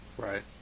Right